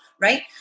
Right